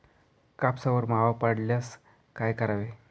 कापसावर मावा पडल्यास काय करावे?